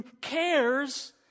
cares